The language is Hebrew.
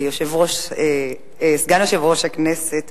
סגן יושב-ראש הכנסת,